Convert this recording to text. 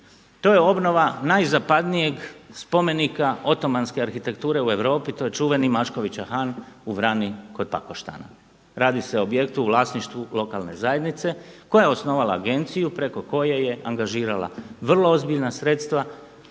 To je obnova najzapadnijeg spomenika otomanske arhitekture u Europi. To je čuveni Maškovića Han u Vrani kod Pakoštana. Radi se o objektu u vlasništvu lokalne zajednice koja je osnovala agenciju preko koje je angažirala vrlo ozbiljna sredstva